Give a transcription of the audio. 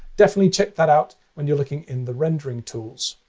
definitely check that out when you're looking in the rendering tools.